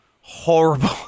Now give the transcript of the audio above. Horrible